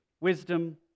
wisdom